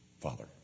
Father